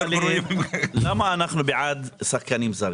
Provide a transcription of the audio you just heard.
למה אנחנו בעד שחקנים זרים?